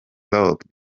rock